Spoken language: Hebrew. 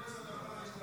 מוותר.